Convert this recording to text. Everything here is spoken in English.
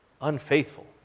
unfaithful